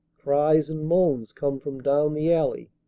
cries and moans come from down the alley.